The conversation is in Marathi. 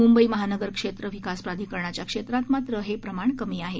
मुंबई महानगर क्षेत्र विकास प्राधिकरणाच्या क्षेत्रात मात्र हे प्रमाण कमी आहे